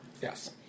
Yes